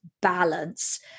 balance